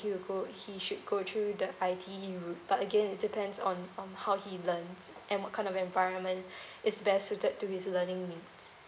he should go through the I_T_E route but again it depends on um how he learns and what kind of environment is best suited to his learning needs